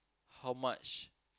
how much